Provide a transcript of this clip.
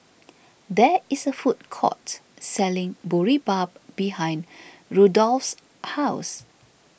there is a food court selling Boribap behind Rudolph's house